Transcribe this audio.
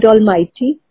Almighty